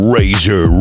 Razor